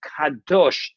kadosh